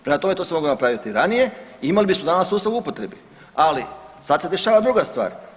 Prema tome, to se moglo napraviti i ranije i imali bismo danas sustav u upotrebi, ali sad se dešava druga stvar.